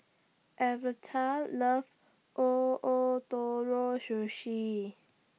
Alverta loves O Ootoro Sushi